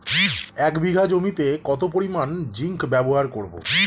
এক বিঘা জমিতে কত পরিমান জিংক ব্যবহার করব?